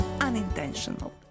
unintentional